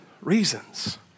reasons